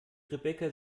rebecca